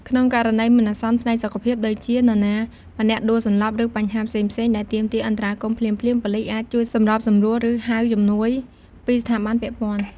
ក្នុងករណីមានអាសន្នផ្នែកសុខភាព ដូចជាមាននរណាម្នាក់ដួលសន្លប់ ឬបញ្ហាផ្សេងៗដែលទាមទារអន្តរាគមន៍ភ្លាមៗ ប៉ូលីសអាចជួយសម្របសម្រួល ឬហៅជំនួយពីស្ថាប័នពាក់ព័ន្ធ។